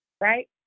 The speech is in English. right